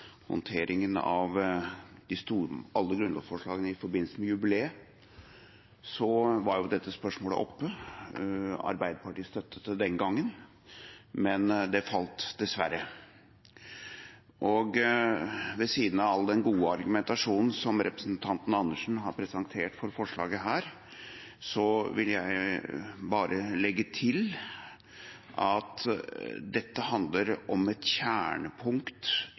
alle grunnlovsforslagene i forbindelse med jubileet, var dette spørsmålet oppe. Arbeiderpartiet støttet det den gangen, men det falt, dessverre. Ved siden av all den gode argumentasjonen som representanten Andersen har presentert for forslaget her, vil jeg bare legge til at dette handler om et kjernepunkt